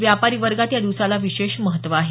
व्यापारी वर्गात या दिवसाला विशेष महत्व आहे